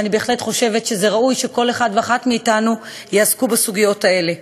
ואני בהחלט חושבת שזה ראוי שכל אחד ואחת מאתנו יעסוק בסוגיות האלה.